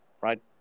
right